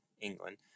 England